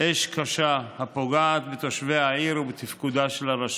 אש קשה, הפוגעת בתושבי העיר ובתפקודה של הרשות.